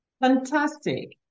Fantastic